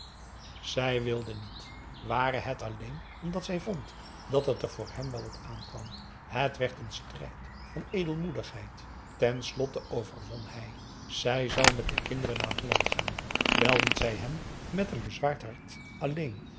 zij wilde niet ware het alleen omdat zij vond dat het er voor hem wel op aankwam het werd een strijd van edelmoedigheid ten slotte overwon hij zij zou met de kinderen naar holland gaan wel liet zij hem met een bezwaard hart alleen